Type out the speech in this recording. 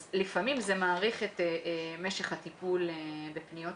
לפעמים זה מאריך את משך הטיפול בפניות.